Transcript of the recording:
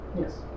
Yes